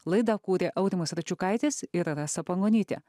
laidą kūrė aurimas račiukaitis ir rasa pangonytė